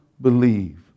believe